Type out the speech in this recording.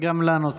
גם לנו צר.